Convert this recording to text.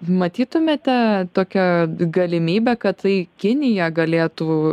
matytumėte tokią galimybę kad tai kinija galėtų